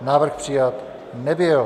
Návrh přijat nebyl.